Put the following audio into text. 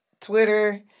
Twitter